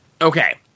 okay